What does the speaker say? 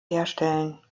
herstellen